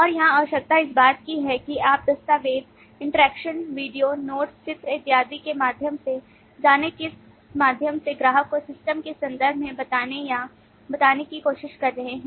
और यहां आवश्यकता इस बात की है कि आप दस्तावेज़ इंटरैक्शन वीडियो नोट्स चित्र इत्यादि के माध्यम से जाने के माध्यम से ग्राहक को सिस्टम के संदर्भ में बताने या बताने की कोशिश कर रहे हैं